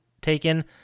taken